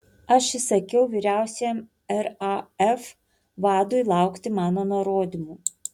aš įsakiau vyriausiajam raf vadui laukti mano nurodymų